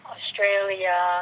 Australia